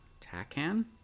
Takan